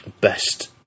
best